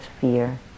fear